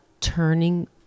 turning